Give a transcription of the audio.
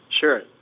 Sure